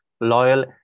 loyal